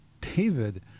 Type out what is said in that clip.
David